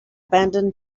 abandoned